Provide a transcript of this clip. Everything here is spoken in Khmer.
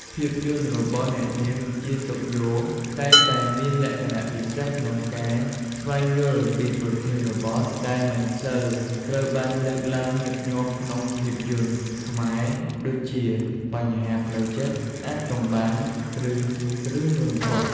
ភាពយន្តរបស់អ្នកនាង ជា សុខយ៉ូ តែងតែមានលក្ខណៈពិសេសក្នុងការស្វែងយល់ពីប្រធានបទដែលមិនសូវត្រូវបានលើកឡើងញឹកញាប់ក្នុងភាពយន្តខ្មែរដូចជា បញ្ហាផ្លូវចិត្ត អាថ៌កំបាំង ឬរឿងរន្ធត់។